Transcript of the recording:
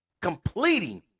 completing